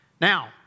Now